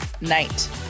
night